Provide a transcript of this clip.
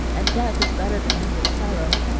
and death is better than endless sorrow.